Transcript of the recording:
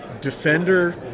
defender